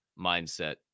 mindset